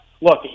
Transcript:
look